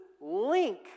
link